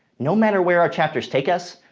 no matter where our chapters take us,